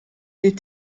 est